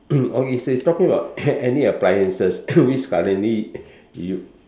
okay so is talking about any appliances which currently you